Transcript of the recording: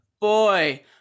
boy